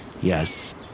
Yes